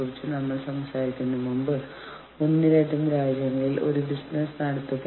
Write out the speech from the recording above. ഇപ്പോൾ ഒരു യൂണിയൻ രൂപീകരിക്കാൻ പോകുമ്പോൾ സംഘടനയ്ക്ക് അസ്വസ്ഥത അനുഭവപ്പെടാം അവർ ചില കാര്യങ്ങൾ ചെയ്തേക്കാം